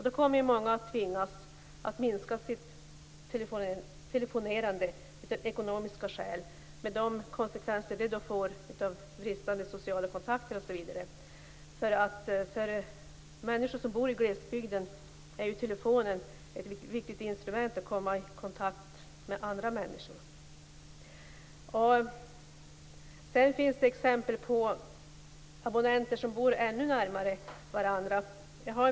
Då kommer många att tvingas att minska sitt telefonerande av ekonomiska skäl med de konsekvenser det får med bristande sociala kontakter osv. För människor som bor i glesbygden är telefonen ett viktigt instrument för att komma i kontakt med andra människor. Sedan finns det exempel på abonnenter som bor ännu närmare varandra.